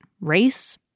race